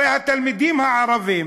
הרי התלמידים הערבים